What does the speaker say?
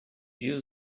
you